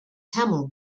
tamil